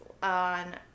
on